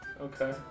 Okay